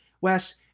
Wes